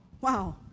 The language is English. wow